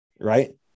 right